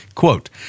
Quote